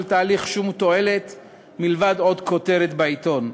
תהליך שום תועלת מלבד עוד כותרת בעיתון,